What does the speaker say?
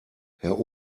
herr